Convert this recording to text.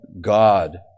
God